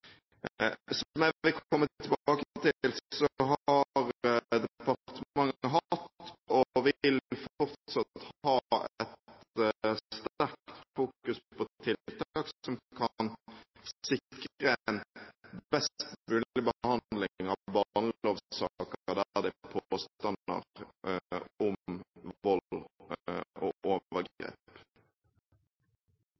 Som jeg vil komme tilbake til, har departementet hatt og vil fortsatt ha et sterkt fokus på tiltak som kan sikre en best mulig behandling av barnelovsaker der det er påstander om vold og overgrep. Privatrettslige konflikter mellom foreldrene om bosted og